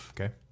Okay